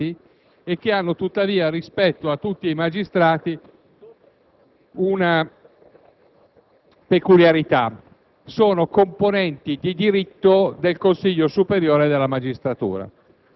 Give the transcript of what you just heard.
in tema di valutazione della professionalità, che tutti i magistrati sono sottoposti a valutazione di professionalità ogni quadriennio, a decorrere dalla data della nomina: